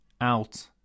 out